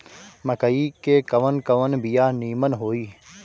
मकई के कवन कवन बिया नीमन होई?